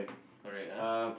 correct ah